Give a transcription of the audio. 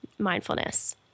mindfulness